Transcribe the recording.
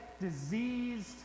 diseased